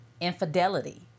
infidelity